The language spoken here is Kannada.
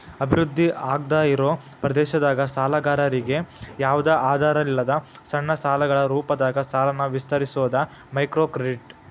ಅಭಿವೃದ್ಧಿ ಆಗ್ದಾಇರೋ ಪ್ರದೇಶದಾಗ ಸಾಲಗಾರರಿಗಿ ಯಾವ್ದು ಆಧಾರಿಲ್ಲದ ಸಣ್ಣ ಸಾಲಗಳ ರೂಪದಾಗ ಸಾಲನ ವಿಸ್ತರಿಸೋದ ಮೈಕ್ರೋಕ್ರೆಡಿಟ್